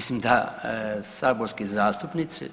Mislim da saborski zastupnici